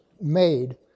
made